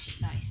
Nice